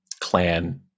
clan